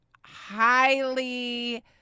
highly